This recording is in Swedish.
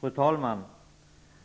Fru talman!